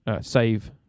save